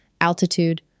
altitude